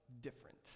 different